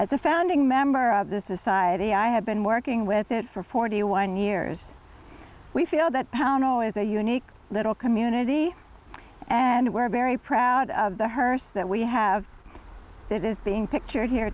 a founding member of the society i have been working with it for forty one years we feel that how no is a unique little community and we're very proud of the hearse that we have that is being pictured here